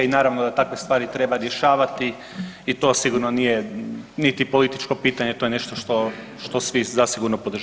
I naravno da takve stvari treba rješavati i to sigurno nije niti političko pitanje, to je nešto što svi zasigurno podržavamo.